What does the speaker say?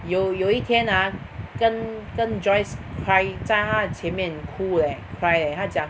有有一天 ah 跟跟 Joyce cry 在她前面哭 eh cry eh 她讲